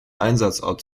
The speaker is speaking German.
einsatzort